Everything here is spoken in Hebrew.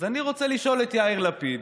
אז אני רוצה לשאול את יאיר לפיד: